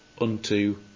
unto